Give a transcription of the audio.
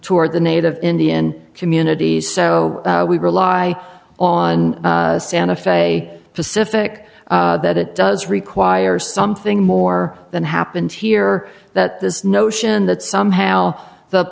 toward the native indian community so we rely on santa fe pacific that it does require something more than happened here that this notion that somehow